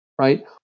right